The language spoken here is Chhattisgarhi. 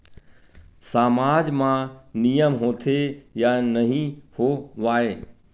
सामाज मा नियम होथे या नहीं हो वाए?